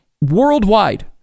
worldwide